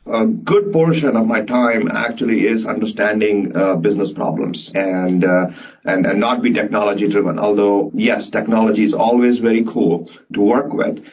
a good portion of my time actually is understanding business problems and and not be technology-driven. although yes, technology is always very cool to work with.